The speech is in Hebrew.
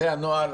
זה הנוהל,